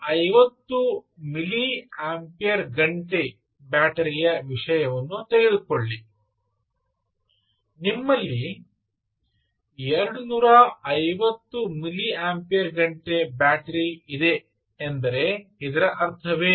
250 milliampere ಗಂಟೆ ಬ್ಯಾಟರಿಯ ವಿಷಯವನ್ನು ತೆಗೆದುಕೊಳ್ಳಿ ನಿಮ್ಮಲ್ಲಿ 250 ಮಿಲಿ ಆಂಪಿಯರ್ ಗಂಟೆ ಬ್ಯಾಟರಿ ಇದೆ ಎಂದರೆ ಇದರ ಅರ್ಥವೇನು